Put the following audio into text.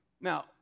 Now